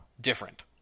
different